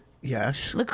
Yes